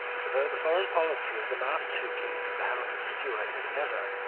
for though the foreign policy of the last two kings of the house of stuart has never,